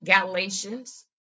Galatians